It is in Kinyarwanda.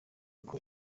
uko